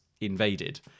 invaded